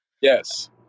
Yes